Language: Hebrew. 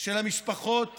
של המשפחות